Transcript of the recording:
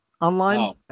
online